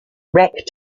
rack